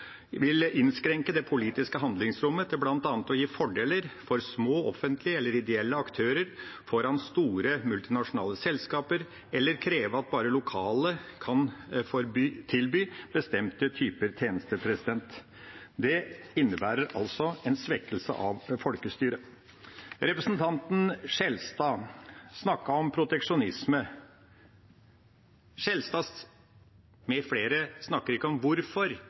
politiske handlingsrommet til bl.a. å gi fordeler for små offentlige eller ideelle aktører foran store multinasjonale selskaper, eller kreve at bare lokale kan tilby bestemte typer tjenester. Det innebærer altså en svekkelse av folkestyret. Representanten Skjelstad snakket om proteksjonisme. Skjelstad med flere snakker ikke om hvorfor